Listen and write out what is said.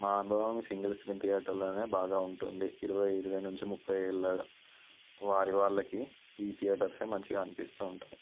మా అనుభవం single screen థియేటర్లోనే బాగా ఉంటుంది ఇరవై ఇరవై నుంచి ముప్పై ఏళ్ల వారి వాళ్లకి ఈ థియేటర్స్ మంచిగా అనిపిస్తూ ఉంటాయి